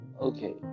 Okay